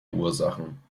ursachen